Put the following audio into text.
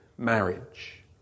Marriage